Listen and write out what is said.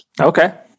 Okay